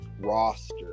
roster